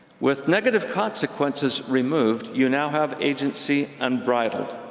with negative consequences removed you now have agency unbridled,